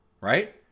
right